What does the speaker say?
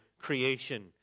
creation